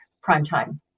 primetime